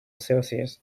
celsius